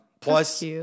plus